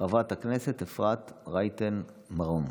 חברת הכנסת אפרת רייטן מרום,